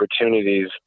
opportunities